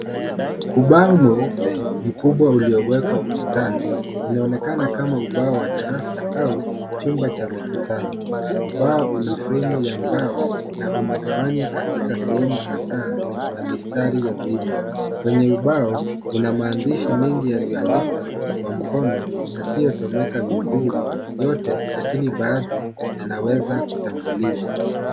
Kubao mweupe mkubwa uliowekwa ukutani inaonekana kama ubao wa darasa au chumba cha mikutano. Ubao una fremu ya mbao na umegawanywa katika sehemu kadhaa na mistari ya wima. Kwenye ubao, kuna maandishi mengi yaliandikwa kwa mkono yasiosomeka vizuri, yote lakini baadhi yanaweza kutambuliwa.